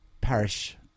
parish